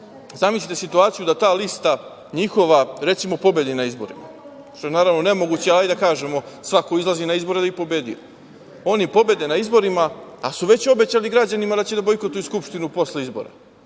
Zamislite situaciju da ta njihova lista, recimo, pobedi na izborima, što je, naravno, nemoguće, ali hajde da kažemo, svako izlazi na izbore da bi pobedio, oni pobede na izborima, ali su već obećali građanima da će da bojkotuju Skupštinu posle izbora.